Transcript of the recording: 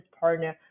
partner